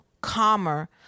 calmer